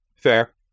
Fair